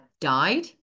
died